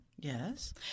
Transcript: Yes